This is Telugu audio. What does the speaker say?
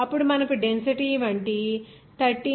అప్పుడు మనకు డెన్సిటీ వంటి 13600 ఇంటూ 9